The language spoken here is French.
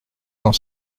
cent